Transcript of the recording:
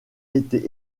été